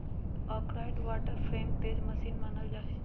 Arkwright water frame तेज मशीन मानल जा हई